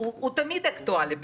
תמיד אקטואלי,